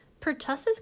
Pertussis